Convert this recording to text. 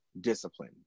discipline